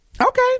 Okay